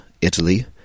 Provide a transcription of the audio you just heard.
Italy